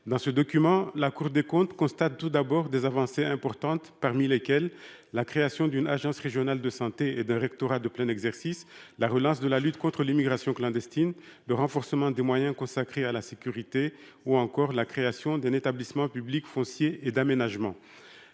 Dans ce document, la Cour des comptes constate tout d'abord des avancées importantes dont la création d'une agence régionale de santé et d'un rectorat de plein exercice, la relance de la lutte contre l'immigration clandestine, le renforcement des moyens consacrés à la sécurité ou encore la création d'un établissement public foncier et d'aménagement.